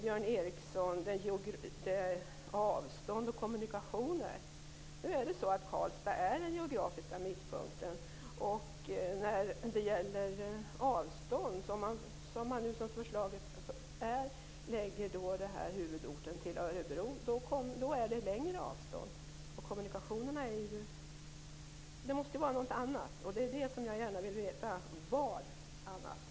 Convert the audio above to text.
Björn Ericson nämnde avstånd och kommunikationer. Karlstad är den geografiska mittpunkten. Avstånden blir längre om man väljer Örebro som huvudort, vilket är på förslag. Det måste vara något annat som ligger bakom. Jag vill gärna veta vad det är.